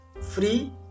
free